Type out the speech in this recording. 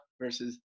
versus